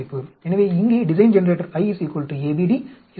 எனவே இங்கே design generator I ABD ACE BCF